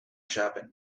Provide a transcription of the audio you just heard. shopping